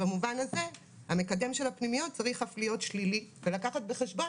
במובן הזה המקדם של הפנימיות צריך אף להיות שלילי ולקחת בחשבון